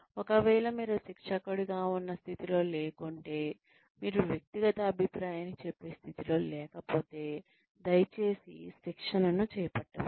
ఒకవేళ మీరు శిక్షకుడిగా ఉన్న స్థితిలో లేకుంటే మీరు వ్యక్తిగత అభిప్రాయాన్ని చెప్పే స్థితిలో లేకపోతే దయచేసి శిక్షణను చేపట్టవద్దు